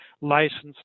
licensed